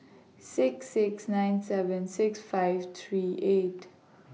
six six nine seven six five three eight